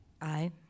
Aye